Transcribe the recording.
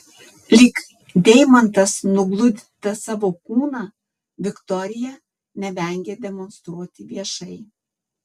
lyg deimantas nugludintą savo kūną viktorija nevengia demonstruoti viešai